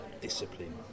discipline